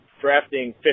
drafting